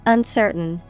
Uncertain